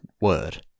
word